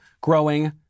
growing